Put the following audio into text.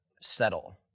settle